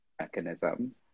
mechanism